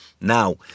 now